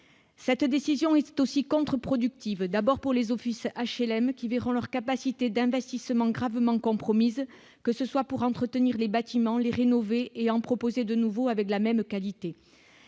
cette décision est aussi contre-productive, d'abord pour les offices HLM qui verront leur capacité d'investissement gravement compromise, que ce soit pour entretenir les bâtiments les rénover et en proposer de nouveaux avec la même qualité,